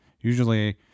Usually